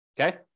okay